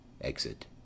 Exit